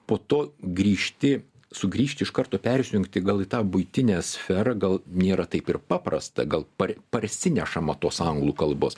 po to grįžti sugrįžti iš karto persijungti gal į tą buitinę sferą gal nėra taip ir paprasta gal par parsinešama tos anglų kalbos